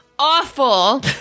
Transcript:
awful